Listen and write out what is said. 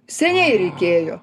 seniai reikėjo